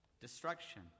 destruction